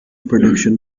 production